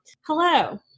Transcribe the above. hello